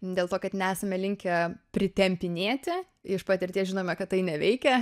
dėl to kad nesame linkę pritempinėti iš patirties žinome kad tai neveikia